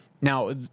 Now